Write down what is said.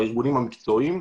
בארגונים המקצועיים,